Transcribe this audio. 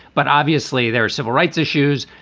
but obviously, there are civil rights issues.